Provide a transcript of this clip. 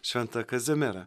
šventą kazimierą